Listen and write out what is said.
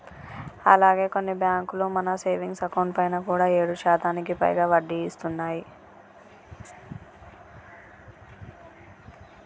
అలాగే కొన్ని బ్యాంకులు మన సేవింగ్స్ అకౌంట్ పైన కూడా ఏడు శాతానికి పైగా వడ్డీని ఇస్తున్నాయి